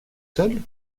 seul